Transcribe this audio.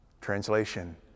Translation